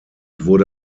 wurde